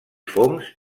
fongs